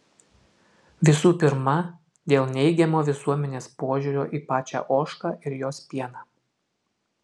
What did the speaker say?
visų pirma dėl neigiamo visuomenės požiūrio į pačią ožką ir jos pieną